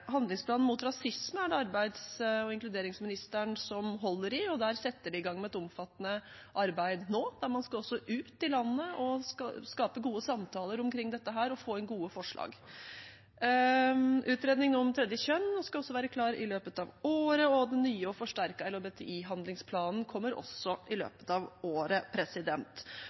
Handlingsplanen mot rasisme er det arbeids- og inkluderingsministeren som holder i, og der setter de i gang med et omfattende arbeid nå, der man skal ut i landet og skape gode samtaler omkring dette og få inn gode forslag. Utredning om et tredje kjønn skal også være klart i løpet av året, og den nye og forsterkede LHBTI-handlingsplanen kommer også i løpet av året.